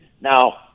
Now